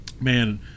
Man